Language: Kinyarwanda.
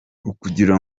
ukugira